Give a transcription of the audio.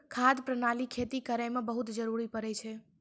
खाद प्रणाली खेती करै म बहुत जरुरी पड़ै छै